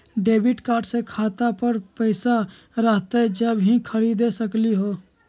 Debit card से खाता पर पैसा रहतई जब ही खरीद सकली ह?